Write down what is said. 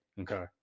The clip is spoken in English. Okay